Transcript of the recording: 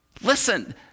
Listen